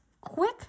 Quick